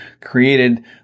created